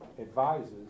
advises